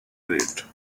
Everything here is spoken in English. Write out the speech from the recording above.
rate